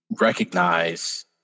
recognize